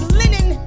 linen